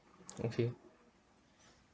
okay